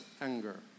anger